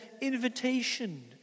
invitation